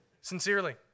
Sincerely